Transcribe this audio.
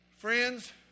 Friends